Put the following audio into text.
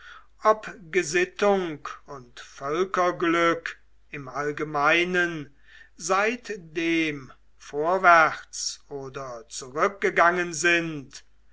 ob gesittung und völkerglück im allgemeinen seitdem vorwärts oder zurückgegangen sind